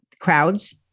crowds